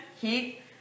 heat